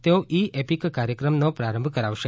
તેઓ e EPIC ક્રાર્યક્રમનો પ્રારંભ કરાવશે